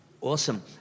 awesome